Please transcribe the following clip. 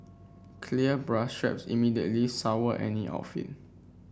clear bra straps immediately sour any outfit